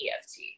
EFT